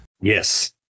Yes